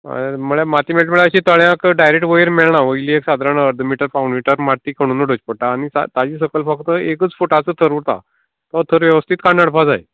हय म्हळ्या मातीं मेळटा म्हणल्यार अशी तळ्याक डायरेक्ट वयर मेळना वयली सादरण अर्द पाउण मीटर माती खणून उडोच पडटा आनी ता ताजें सकयल फक्त एकूच फुटाचो थर उरता तो थर वेवस्तीत करून हाडपा जाय